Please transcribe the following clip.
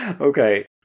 Okay